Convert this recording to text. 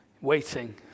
Waiting